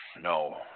No